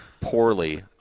poorly